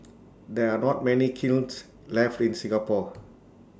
there are not many kilns left in Singapore